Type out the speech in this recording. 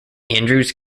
andrews